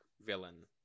villain